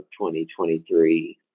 2023